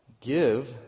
Give